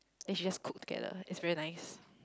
then she just cook together it's really nice